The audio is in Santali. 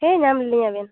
ᱧᱟᱢ ᱞᱤᱧᱟᱹ ᱵᱮᱱ